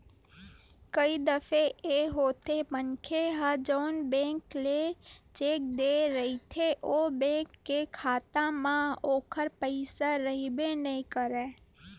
कई दफे ए होथे मनखे ह जउन बेंक के चेक देय रहिथे ओ बेंक के खाता म ओखर पइसा रहिबे नइ करय